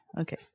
Okay